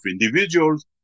individuals